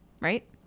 right